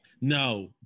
No